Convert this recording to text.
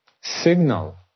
signal